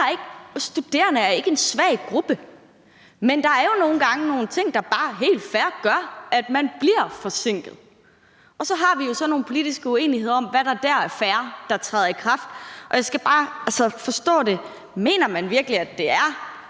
studerende ikke er en svag gruppe, men der er jo nogle gange nogle ting, der bare helt fair gør, at man bliver forsinket, og så har vi jo nogle politiske uenigheder om, hvad der er fair træder i kraft, og jeg skal bare forstå det. Mener man virkelig, at det er